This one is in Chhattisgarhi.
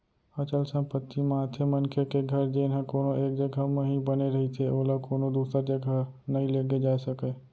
अचल संपत्ति म आथे मनखे के घर जेनहा कोनो एक जघा म ही बने रहिथे ओला कोनो दूसर जघा नइ लेगे जाय सकय